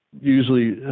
usually